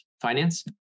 finance